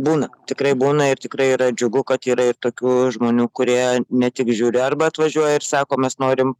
būna tikrai būna ir tikrai yra džiugu kad yra ir tokių žmonių kurie ne tik žiūri arba atvažiuoja ir sako mes norim